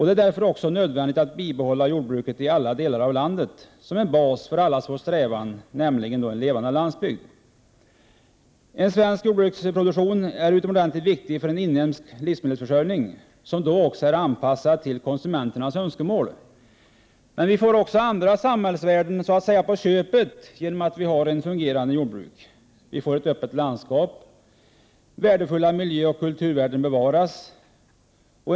Det är därför också nödvändigt att bibehålla jordbruket i alla delar av landet, som en bas för allas vår strävan, nämligen en levande landsbygd. En svensk jordbruksproduktion är utomordentligt viktig för en inhemsk livsmedelsförsörjning, som också är anpassad till konsumenternas önskemål. Men vi får också andra samhällsvärden så att säga på köpet genom att vi har ett fungerande jordbruk. Vi får ett öppet landskap. Värdefulla miljöoch kulturvärden bevaras.